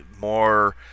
more